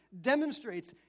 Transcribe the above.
demonstrates